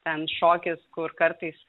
ten šokis kur kartais